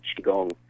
qigong